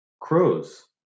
crows